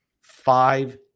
five